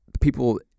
people